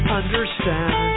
understand